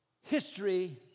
history